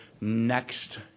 next